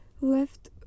left